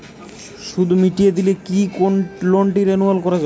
সুদ মিটিয়ে দিলে কি লোনটি রেনুয়াল করাযাবে?